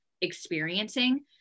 experiencing